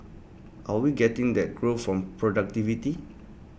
are we getting that growth from productivity